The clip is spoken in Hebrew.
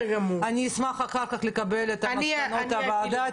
אני אשמח אחר כך לקבל את מסקנות הוועדה.